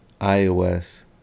iOS